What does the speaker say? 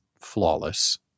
flawless